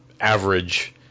average